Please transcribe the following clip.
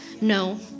No